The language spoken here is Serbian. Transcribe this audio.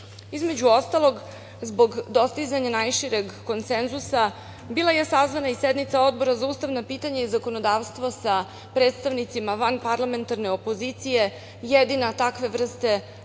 ostalog, zbog dostizanja najšireg konsenzusa bila je sazvana i sednica Odbora za ustavna pitanja i zakonodavstvo sa predstavnicima vanparlamentarne opozicije. Jedina takve vrste sasvim